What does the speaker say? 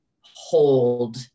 hold